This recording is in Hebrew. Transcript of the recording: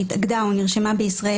שהתאגדה או נרשמה בישראל,